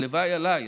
הלוואי עליי,